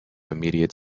immediate